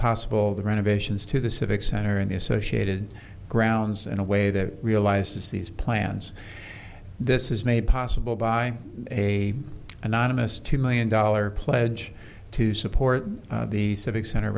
possible the renovations to the civic center and the associated grounds in a way that realizes these plans this is made possible by a anonymous two million dollar pledge to support the civic center